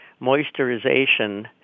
moisturization